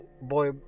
boy